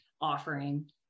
offering